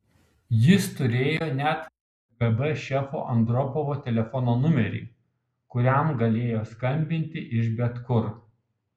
jis turėjo net kgb šefo andropovo telefono numerį kuriam galėjo skambinti iš bet kur